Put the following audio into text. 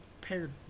paired